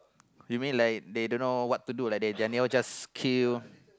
you mean like they dunno what to do like they anyhow just kill